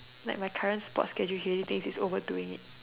like my current sports schedule he already thinks it's overdoing it